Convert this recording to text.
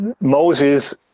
Moses